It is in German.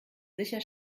sicher